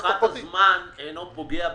היועצת המשפטית, הארכת הזמן אינה פוגעת